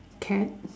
cat